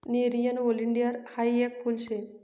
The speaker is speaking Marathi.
नेरीयन ओलीएंडर हायी येक फुल शे